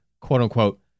quote-unquote